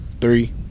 three